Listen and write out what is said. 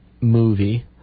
movie